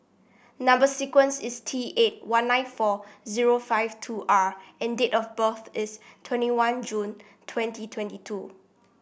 number sequence is T eight one nine four zero five two R and date of birth is twenty one June twenty twenty two